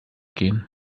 gehen